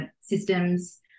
systems